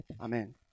amen